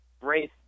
race